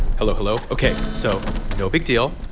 hello? hello? ok. so no big deal,